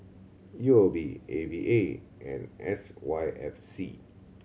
U O B A V A and S Y F C